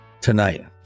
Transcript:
tonight